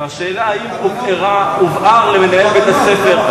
השאלה היא האם הובהר למנהל בית-הספר,